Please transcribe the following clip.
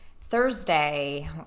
Thursday